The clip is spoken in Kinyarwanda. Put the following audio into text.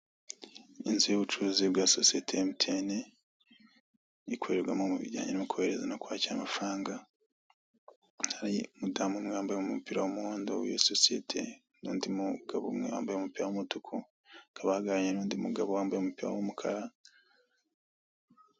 Inzu y'ubucuruzi bwa sosiyete ya emutiyeni, ikorerwamo mu bijyanye no kohereza no kwakira amafaranga, hari umudamu umwe wambaye umupira w'umuhondo, w'iyo sosiyete, n'undi mugabo umwe wambaye umupira w'umutuku, akaba ahagararanye n'undi mugabo wambaye umupira w'umukara.